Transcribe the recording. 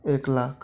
एक लाख